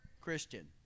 Christian